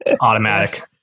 Automatic